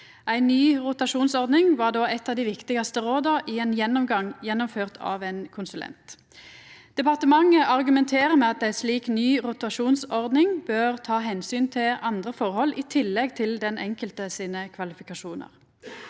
Ei ny rotasjonsordning var då eit av dei viktigaste råda i ein gjennomgang gjennomført av ein konsulent. Departementet argumenterer med at ei slik ny rotasjonsordning bør ta omsyn til andre forhold i tillegg til den enkelte sine kvalifikasjonar.